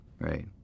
right